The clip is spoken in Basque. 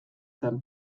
zen